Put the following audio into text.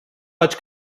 vaig